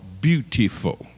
Beautiful